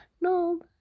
no